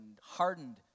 hardened